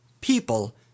people